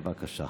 בבקשה.